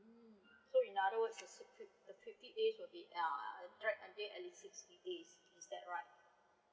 so in another word the secret the fifty week wil be uh drag untill at least sixty days is that right